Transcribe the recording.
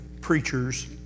preachers